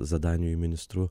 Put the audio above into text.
zadanijų ministru